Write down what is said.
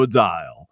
dial